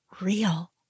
real